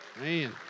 man